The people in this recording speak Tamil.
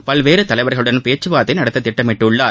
பல்வேறு தலைவர்களுடன் பேச்சுவார்த்தை நடத்த திட்டமிட்டுள்ளார்